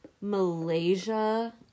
Malaysia